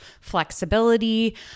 flexibility